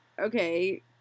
Okay